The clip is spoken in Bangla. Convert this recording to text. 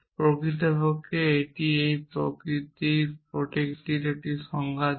প্রকৃতপক্ষে এটিই এই প্রতীকটির একটি সংজ্ঞা দেয়